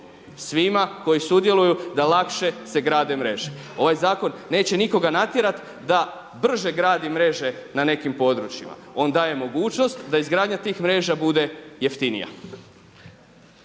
svima koji sudjeluju da lakše se grade mreže. Ovaj zakon neće nikoga natjerati da brže gradi mreže na nekim područjima, on daje mogućnost da izgradnja tih mreža bude jeftinija.